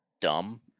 dumb